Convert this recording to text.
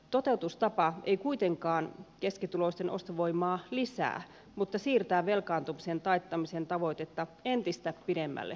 toteutustapa ei kuitenkaan keskituloisten ostovoimaa lisää mutta siirtää velkaantumisen taittamisen tavoitetta entistä pidemmälle tulevaisuuteen